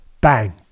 bang